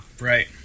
Right